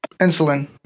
insulin